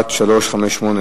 שאילתא מס' 1358,